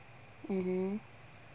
mmhmm